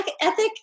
ethic